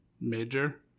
major